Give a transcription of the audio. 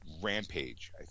Rampage